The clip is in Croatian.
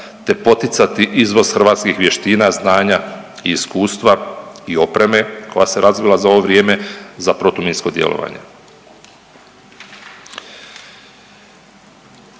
te poticati izvoz hrvatskih vještina, znanja i iskustva i opreme koja se razvila za ovo vrijeme za protuminsko djelovanje.